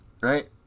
right